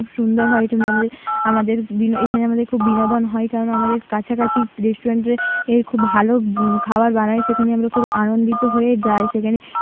খুব সুন্দর হয় এখানে আমাদের আমাদের বিনো এখানে আমাদের খুব বিনোদন হয় কেননা আমাদের কাছাকাছি রেস্টুরেন্টের এর খুব ভালো খাবার বানায় সেখানে আমরা খুব আনন্দিত হয়ে যাই সেখানে